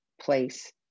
place